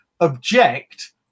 object